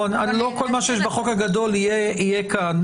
לא כל מה שיש בחוק הגדול יהיה כאן,